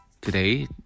today